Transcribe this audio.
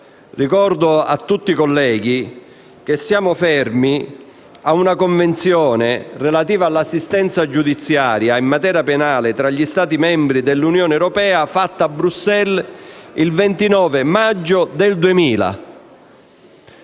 Ricordo a tutti i colleghi che siamo fermi ad una Convenzione relativa all'assistenza giudiziaria in materia penale tra gli Stati membri dell'Unione europea, fatta a Bruxelles il 29 maggio del 2000.